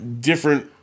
Different